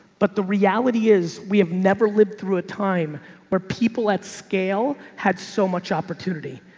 but the reality is we have never lived through a time where people at scale had so much opportunity.